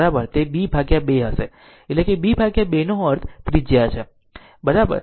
તેથી તે b 2 હશે એટલે કે b 2 નો અર્થ ત્રિજ્યા છે બરાબર